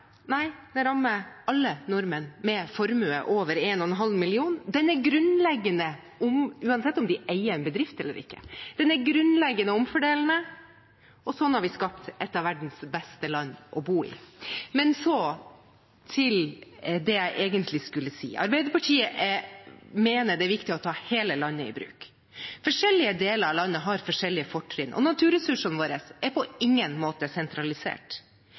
Nei, den rammer alle nordmenn med formue på over 1,5 mill. kr, uansett om de eier en bedrift eller ikke. Den er grunnleggende omfordelende, og sånn har vi skapt et av verdens beste land å bo i. Så til det jeg egentlig skulle si. Arbeiderpartiet mener det er viktig å ta hele landet i bruk. Forskjellige deler av landet har forskjellige fortrinn, og naturressursene våre er på ingen måte sentralisert.